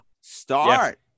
Start